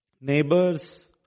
neighbors